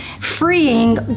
freeing